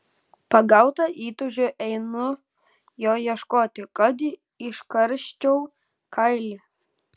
pagauta įtūžio einu jo ieškoti kad iškarščiau kailį